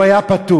והוא היה פטור.